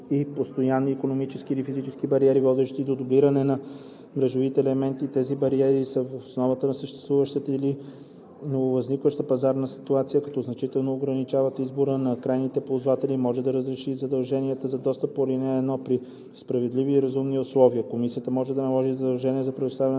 и постоянни икономически или физически бариери, водещи до дублиране на мрежовите елементи, и тези бариери са в основата на съществуваща или нововъзникваща пазарна ситуация, която значително ограничава избора на крайните ползватели, може да разшири задълженията за достъп по ал. 1, при справедливи и разумни условия. Комисията може да наложи задължения за предоставяне